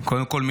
קודם כול,